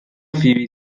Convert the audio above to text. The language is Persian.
فیبی